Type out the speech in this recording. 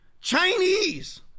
chinese